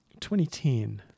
2010